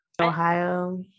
Ohio